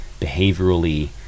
behaviorally